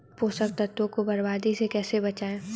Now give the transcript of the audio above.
पोषक तत्वों को बर्बादी से कैसे बचाएं?